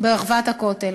ברחבת הכותל.